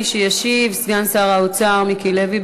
מי שישיב, סגן שר האוצר, מיקי לוי.